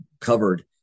covered